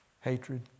hatred